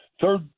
third